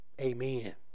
Amen